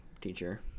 teacher